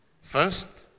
First